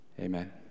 Amen